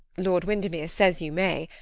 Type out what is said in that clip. lord windermere says you may.